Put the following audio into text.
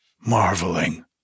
marveling